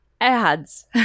ads